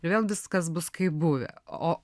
ir vėl viskas bus kaip buvę o